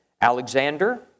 Alexander